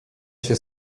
się